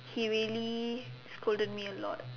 he really scolded me a lot